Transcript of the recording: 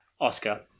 Oscar